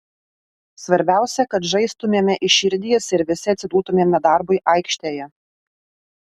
svarbiausia kad žaistumėme iš širdies ir visi atsiduotumėme darbui aikštėje